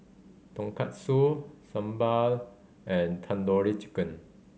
Tonkatsu Sambar and Tandoori Chicken